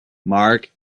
marc